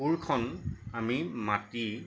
কোৰখন আমি মাটি